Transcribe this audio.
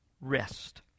rest